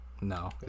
no